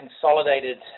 consolidated